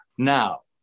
Now